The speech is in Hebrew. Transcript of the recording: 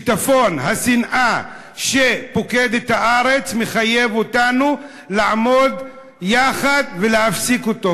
שיטפון השנאה שפוקד את הארץ מחייב אותנו לעמוד יחד ולהפסיק אותו,